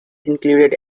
included